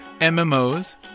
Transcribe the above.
mmos